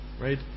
right